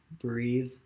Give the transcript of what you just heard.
breathe